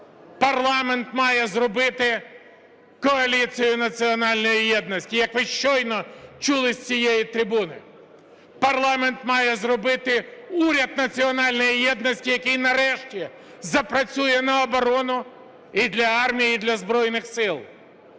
Парламент має зробити коаліцію національної єдності, як ви щойно чули з цієї трибуни. Парламент має зробити уряд національної єдності, який нарешті запрацює на оборону і для армії, і для Збройних Сил.